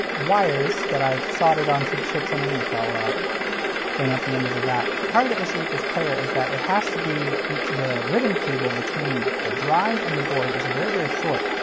wires that i've soldered onto chips underneath. i'll ah bring up the image of that. part of the issue with this player is that it has to be the ribbon cable between the drive and the board is very very short,